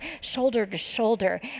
shoulder-to-shoulder